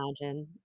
imagine